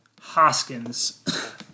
Hoskins